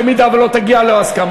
במידה שלא תגיע להסכמה,